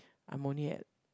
I'm only at